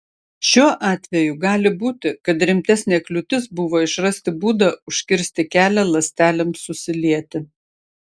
šiuo atveju gali būti kad rimtesnė kliūtis buvo išrasti būdą užkirsti kelią ląstelėms susilieti